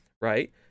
right